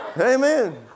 Amen